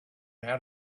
had